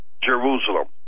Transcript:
Jerusalem